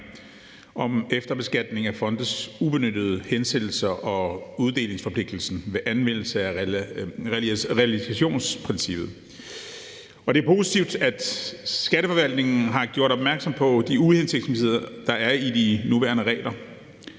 om efterbeskatning af fondes ubenyttede hensættelser og uddelingsforpligtelsen ved anmeldelse af realisationsprincippet. Og det er positivt, at Skatteforvaltningen har gjort opmærksom på de uhensigtsmæssigheder, der er i de nuværende regler.